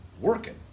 working